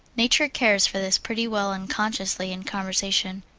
nature cares for this pretty well unconsciously in conversation,